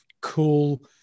cool